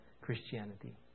Christianity